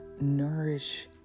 nourish